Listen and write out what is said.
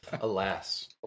Alas